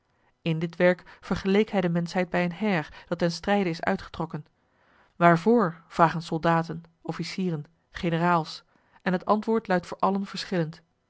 in dit werk vergeleek hij de menschheid bij een heir dat ten strijde is uitgetrokken waarvoor vragen soldaten officieren generaals en het antwoord luidt voor allen verschillend